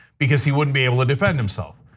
because he wouldn't be able to defend himself.